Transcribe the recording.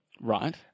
Right